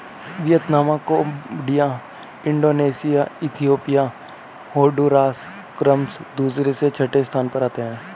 Vietnam Cambodia Indonesia Ethiopia Honduras क्रमशः दूसरे से छठे स्थान पर आते हैं